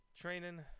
training